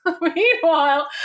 Meanwhile